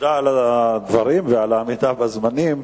תודה על הדברים ועל העמידה בזמנים.